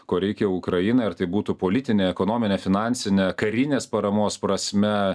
ko reikia ukrainai ar tai būtų politine ekonomine finansine karinės paramos prasme